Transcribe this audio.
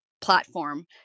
platform